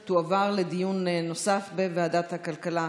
לסדר-היום תועבר לדיון נוסף בוועדת הכלכלה,